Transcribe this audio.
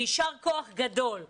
ויישר כוח גדול לו,